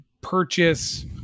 purchase